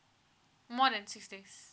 more than six days